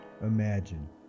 imagine